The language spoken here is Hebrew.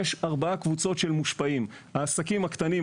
יש ארבע קבוצות של מושפעים: העסקים הקטנים,